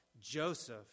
Joseph